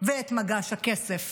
ואת מגש הכסף.